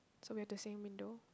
so we have the same window